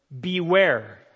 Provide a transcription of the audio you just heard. Beware